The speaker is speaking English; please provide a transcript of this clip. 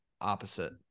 opposite